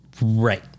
Right